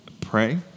pray